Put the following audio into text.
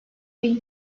bin